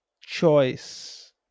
choice